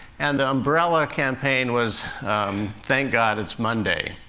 and the umbrella campaign was thank god it's monday.